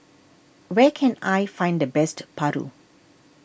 where can I find the best Paru